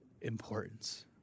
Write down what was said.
importance